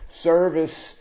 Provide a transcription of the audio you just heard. service